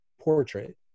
portrait